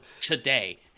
today